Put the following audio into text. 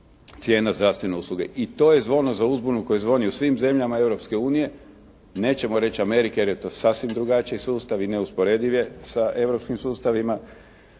cijena zdravstvene usluge. I to je zvono za uzbunu koje zvoni u svim zemljama Europske unije, nećemo reći Amerike jer je to sasvim drugačiji sustav i neusporediv je sa europskim sustavima